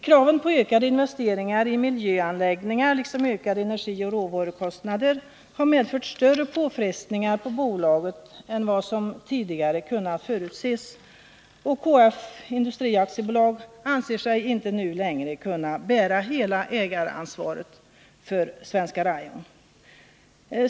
Kraven på ökade investeringar i miljöanläggningar liksom ökade energioch råvarukostnader har medfört större påfrestningar på bolaget än vad som tidigare kunnat förutses, och KF Industri AB anser sig nu inte längre kunna bära hela ägaransvaret för Svenska Rayon.